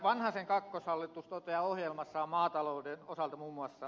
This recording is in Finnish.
vanhasen kakkoshallitus toteaa ohjelmassaan maatalouden osalta muun muassa